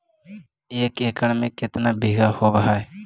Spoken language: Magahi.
एक एकड़ में केतना बिघा होब हइ?